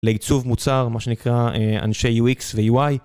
לעיצוב מוצר, מה שנקרא אנשי UX ו-UI.